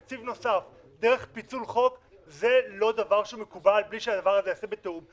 תקציב נוסף דרך פיצול חוק זה לא דבר שמקובל בלי שהדבר הזה ייעשה בתיאום.